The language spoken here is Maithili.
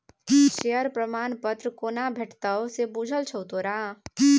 शेयर प्रमाण पत्र कोना भेटितौ से बुझल छौ तोरा?